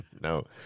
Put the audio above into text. No